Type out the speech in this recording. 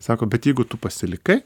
sako bet jeigu tu pasilikai